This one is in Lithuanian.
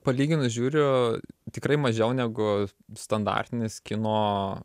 palyginus žiūriu tikrai mažiau negu standartinis kino